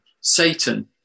Satan